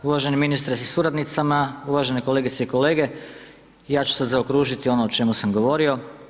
Uvaženi ministre sa suradnicama, uvažene kolegice i kolege, ja ću sad zaokružiti ono o čemu sam govorio.